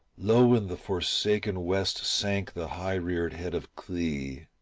low in the forsaken west sank the high-reared head of clee,